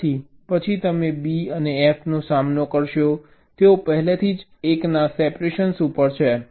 પછી તમે B અને F નો સામનો કરશો તેઓ પહેલેથી જ 1 ના સેપરેશન ઉપર છે